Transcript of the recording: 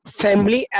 family